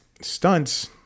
stunts